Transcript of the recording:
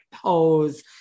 Pose